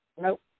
Nope